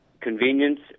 convenience